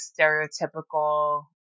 stereotypical